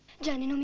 gianni, and and